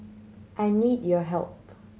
I need your help